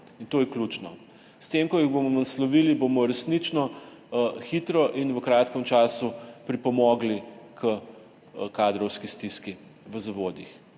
in to je ključno. S tem, ko jih bomo naslovili, bomo resnično hitro in v kratkem času pripomogli h kadrovski stiski v zavodih.